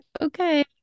okay